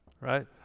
Right